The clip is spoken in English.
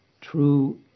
true